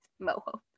Mojo